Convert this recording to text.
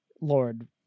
Lord